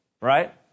right